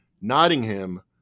Nottingham